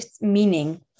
meaning